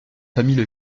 famille